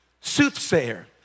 Soothsayer